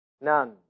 none